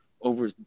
over